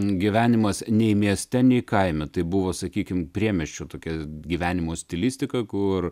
gyvenimas nei mieste nei kaime tai buvo sakykime priemiesčių tokia gyvenimo stilistika kur